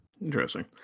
Interesting